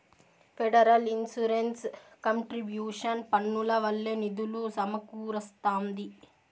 federal insurance contribution పన్నుల వల్లే నిధులు సమకూరస్తాంది